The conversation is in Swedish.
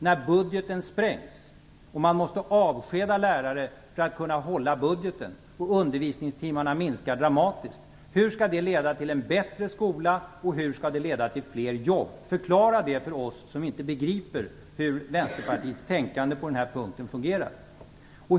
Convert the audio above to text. När budgeten sprängs och man måste avskeda lärare för att kunna hålla budgeten och undervisningstimmarna minskar drastiskt, hur skall det leda till en bättre skola och hur skall det leda till fler jobb? Förklara det för oss som inte begriper hur Vänsterpartiets tänkande på den punkten fungerar!